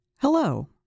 Hello